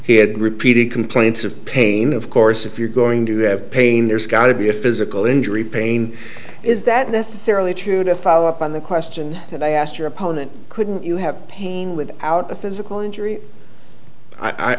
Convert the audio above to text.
he had repeated complaints of pain of course if you're going to have pain there's got to be a physical injury pain is that necessarily true to follow up on the question that i asked your opponent couldn't you have pain with out a physical injury i